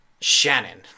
shannon